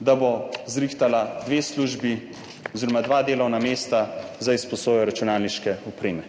da bo zrihtala dve službi oziroma dve delovni mesti za izposojo računalniške opreme.